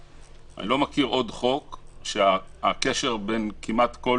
אני לא מכיר עוד חוק שהקשר בין כמעט כל